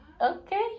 okay